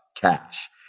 cash